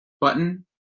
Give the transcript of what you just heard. button